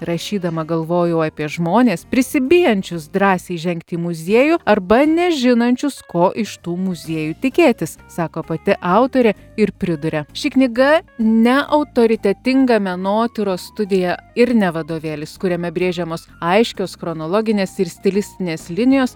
rašydama galvojau apie žmones prisibijančius drąsiai žengti į muziejų arba nežinančius ko iš tų muziejų tikėtis sako pati autorė ir priduria ši knyga ne autoritetinga menotyros studija ir ne vadovėlis kuriame brėžiamos aiškios chronologinės ir stilistinės linijos